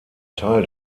teil